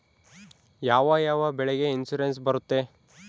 ಯಾವ ಯಾವ ಬೆಳೆಗೆ ಇನ್ಸುರೆನ್ಸ್ ಬರುತ್ತೆ?